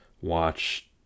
watch